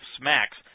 smacks